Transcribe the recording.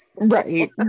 Right